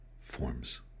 forms